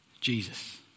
Jesus